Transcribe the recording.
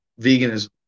veganism